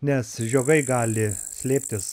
nes žiogai gali slėptis